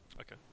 Okay